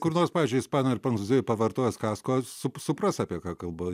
kur nors pavyzdžiui ispanijoj ar prancūzijoj pavartojus kasko sup supras apie ką kalba